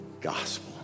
gospel